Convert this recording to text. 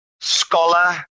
scholar